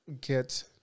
get